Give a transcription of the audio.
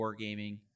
wargaming